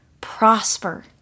prosper